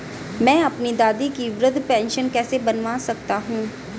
मैं अपनी दादी की वृद्ध पेंशन कैसे बनवा सकता हूँ?